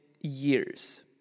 years